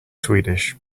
swedish